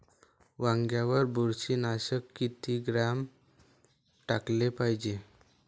वांग्यावर बुरशी नाशक किती ग्राम टाकाले पायजे?